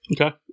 Okay